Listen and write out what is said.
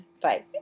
Bye